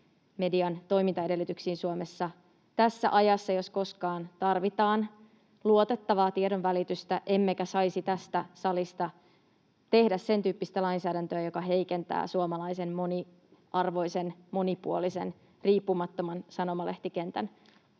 median toimintaedellytyksiin Suomessa. Tässä ajassa jos koskaan tarvitaan luotettavaa tiedonvälitystä, emmekä saisi tästä salista tehdä sentyyppistä lainsäädäntöä, joka heikentää suomalaisen moniarvoisen, monipuolisen, riippumattoman sanomalehtikentän